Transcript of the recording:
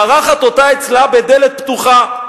מארחת אותה אצלה בדלת פתוחה.